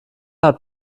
hat